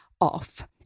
off